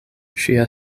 ŝia